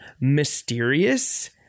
mysterious